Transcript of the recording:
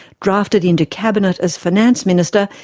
drafted into cabinet as finance minister,